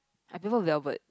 I prefer Velvet